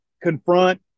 confront